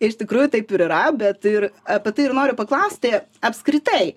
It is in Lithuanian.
iš tikrųjų taip ir yra bet ir apie tai ir noriu paklausti apskritai